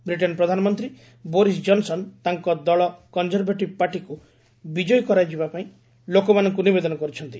Britain ପ୍ରଧାନମନ୍ତ୍ରୀ Boris Johnson ତାଙ୍କ ଦଳ କଞ୍ଚରଭେଟିଭ୍ ପାର୍ଟିକ୍ ବିଜୟୀ କରାଇବା ପାଇଁ ଲୋକମାନଙ୍କୁ ନିବେଦନ କରିଛନ୍ତି